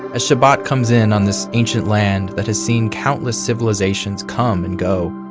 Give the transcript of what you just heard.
as shabbat comes in on this ancient land that has seen countless civilizations come and go,